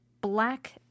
black